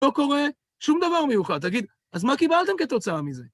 לא קורה שום דבר מיוחד. תגיד, אז מה קיבלתם כתוצאה מזה?